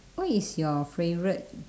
what is your favourite